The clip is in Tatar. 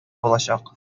булачак